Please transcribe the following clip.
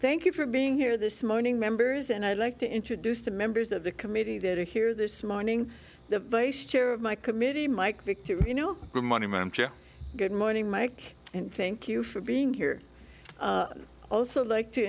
thank you for being here this morning members and i'd like to introduce the members of the committee that are here this morning the vice chair of my committee mike vick to you know good morning mike and thank you for being here i also like to